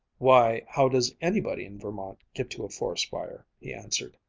why, how does anybody in vermont get to a forest fire? he answered.